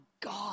God